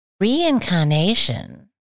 Reincarnation